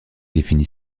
définie